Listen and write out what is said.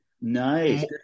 Nice